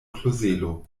klozelo